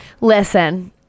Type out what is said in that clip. listen